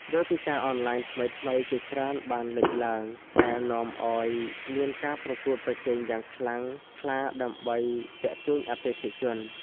វេទិកាអនឡាញថ្មីៗជាច្រើនបានលេចឡើង ដែលនាំឱ្យមានការប្រកួតប្រជែងយ៉ាងខ្លាំងក្លាដើម្បីទាក់ទាញអតិថិជន។